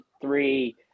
three